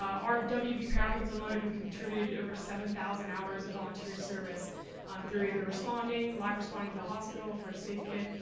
our and wvu wvu peer advocates alone have contributed over seven thousand hours of volunteer service um through either responding, live responding with a hospital for a safe kit,